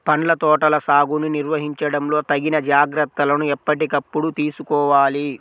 పండ్ల తోటల సాగుని నిర్వహించడంలో తగిన జాగ్రత్తలను ఎప్పటికప్పుడు తీసుకోవాలి